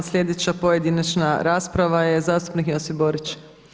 Sljedeća pojedinačna rasprava je zastupnik Josip Borić.